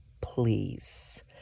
please